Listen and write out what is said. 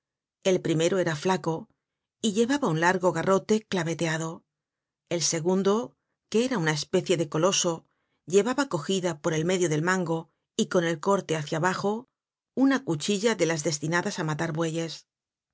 el primero era flaco y llevaba un largo garrote claveteado el segundo que era una especie de coloso llevaba cogida por el medio del mango y con el corte bácia abajo una cuchilla de las destinadas á matar